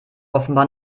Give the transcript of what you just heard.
offenbar